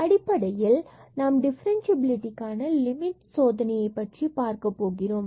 மற்றும் அடிப்படையில் நாம் டிஃபரண்சியபிலிடிக்கான லிமிட் சோதனையை பற்றி பார்க்க போகிறோம்